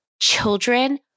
children